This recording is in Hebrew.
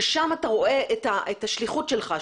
ששם אתה רואה את השליחות שלך,